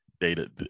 data